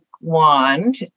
wand